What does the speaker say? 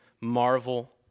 marvel